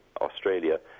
Australia